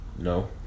No